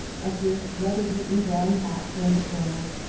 as ruth's weather-beaten brown hat turned the corner.